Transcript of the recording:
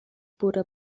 pura